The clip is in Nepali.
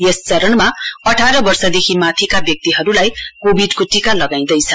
यस चरणमा अठारवर्षदेखि माथिका व्यक्तिहरूलाई कोविडको टीका लगाइदैछ